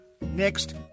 Next